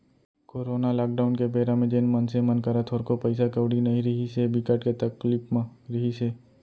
corona lockdown के बेरा म जेन मनसे मन करा थोरको पइसा कउड़ी नइ रिहिस हे, बिकट तकलीफ म रिहिस हे